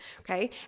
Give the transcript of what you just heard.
okay